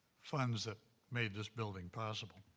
funds that made this building possible.